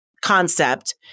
concept